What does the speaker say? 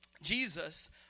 Jesus